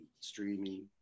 streaming